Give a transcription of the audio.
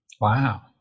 Wow